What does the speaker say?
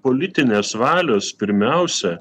politinės valios pirmiausia